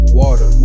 water